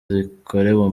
bikorewe